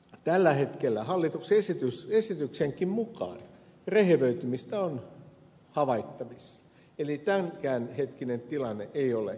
tällä hetkellä hallituksen esityksenkin mukaan rehevöitymistä on havaittavissa eli tämänkään hetkinen tilanne ei ole riittävä